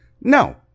No